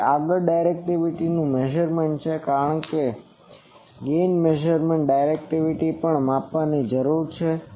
તેથી આગળ ડાયરેક્ટિવિટીનું મેઝરમેન્ટ છે કારણ કે ગેઇન મેઝરમેન્ટ ડાયરેક્ટિવિટીને પણ માપવાની જરૂર છે